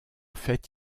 fait